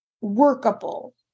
workable